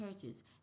churches